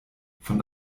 von